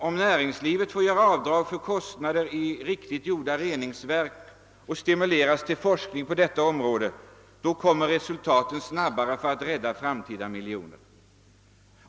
Får näringslivet göra avdrag för investeringar i och kostnader för riktigt utformade reningsverk och stimuleras forskningen på detta område, blir det snabbare resultat och miljoner kan räddas i framtiden.